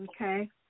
Okay